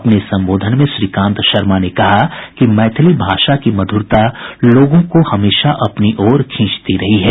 अपने संबोधन में श्रीकांत शर्मा ने कहा कि मैथिली भाषा की मध्ररता लोगों को हमेशा से अपनी ओर खींचती रही है